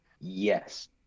Yes